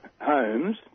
homes